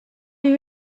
you